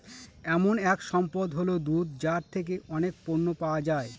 এমন এক সম্পদ হল দুধ যার থেকে অনেক পণ্য পাওয়া যায়